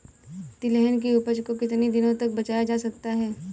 तिलहन की उपज को कितनी दिनों तक बचाया जा सकता है?